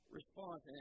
response